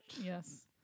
Yes